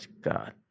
god